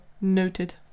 Noted